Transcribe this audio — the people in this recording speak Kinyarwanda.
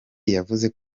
yavuze